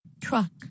Truck